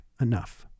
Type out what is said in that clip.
Enough